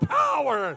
power